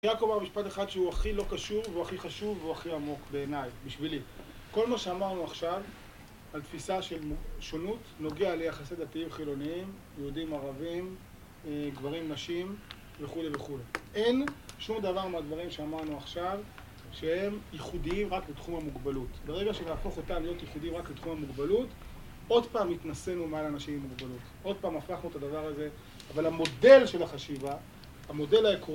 יעקב אמר משפט אחד שהוא הכי לא קשור, והוא הכי חשוב, והוא הכי עמוק בעיניי, בשבילי. כל מה שאמרנו עכשיו, על תפיסה של שונות, נוגע ליחסי דתיים חילוניים, יהודים ערבים, גברים נשים, וכולי וכולי. אין שום דבר מהדברים שאמרנו עכשיו, שהם ייחודיים רק לתחום המוגבלות. ברגע שנהפוך אותם להיות ייחודיים רק לתחום המוגבלות, עוד פעם התנשאינו מעל אנשים עם מוגבלות. עוד פעם הפכנו את הדבר הזה, אבל המודל של החשיבה, המודל העק...